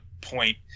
point